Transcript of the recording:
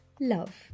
Love